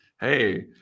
Hey